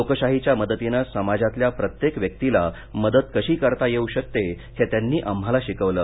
लोकशाहीच्या मदतीनं समाजातल्या प्रत्येक व्यक्तीला मदत कशी करता येऊ शकते हे त्यांनी आम्हाला शिकवलं